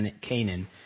Canaan